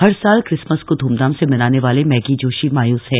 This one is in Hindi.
हर साल क्रिसमस को धूमधाम से मनाने वाली मैगी जोशी मायूस हैं